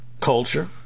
culture